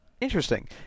Interesting